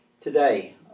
today